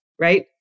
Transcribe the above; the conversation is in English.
right